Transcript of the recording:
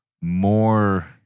more